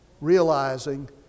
realizing